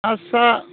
आदसा